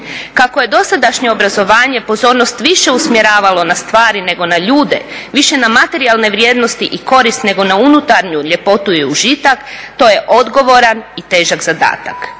Kako je dosadašnje obrazovanje pozornost više usmjeravalo na stvari nego na ljude, više na materijalne vrijednosti i korist nego na unutarnju ljepotu i užitak to je odgovoran i težak zadatak.